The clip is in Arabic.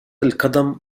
القدم